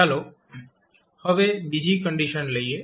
ચાલો હવે બીજી કંડીશન લઈએ